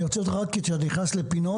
אני עוצר אותך כי אתה נכנס לפינות.